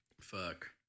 Fuck